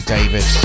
David